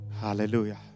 Hallelujah